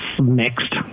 mixed